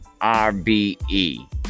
RBE